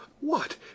What